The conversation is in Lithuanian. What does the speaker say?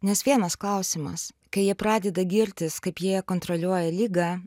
nes vienas klausimas kai jie pradeda girtis kaip jie kontroliuoja ligą